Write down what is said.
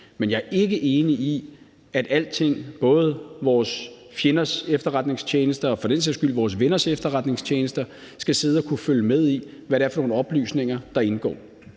Men jeg er ikke enig i, at alle, både vores fjenders efterretningstjenester og for den sags skyld vores venners efterretningstjenester, skal sidde og kunne følge med i, hvad det er for nogle oplysninger, der indgår.